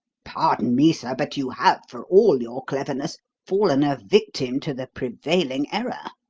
pardon me, sir, but you have, for all your cleverness, fallen a victim to the prevailing error.